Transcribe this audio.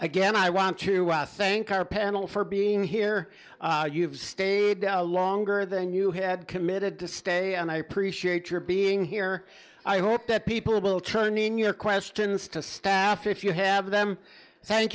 again i want you out thank our panel for being here you've stayed longer than you had committed to stay and i appreciate your being here i hope that people will turn in your questions to staff if you have them tha